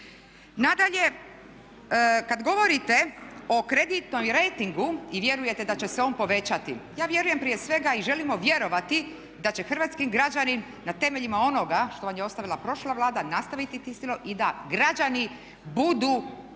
Nadalje, kada govorite o kreditnom rejtingu i vjerujete da će se on povećati. Ja vjerujem prije svega i želimo vjerovati da će hrvatski građanin na temeljima onoga što vam je ostavila prošla Vlada nastaviti tim stilom i da građani budu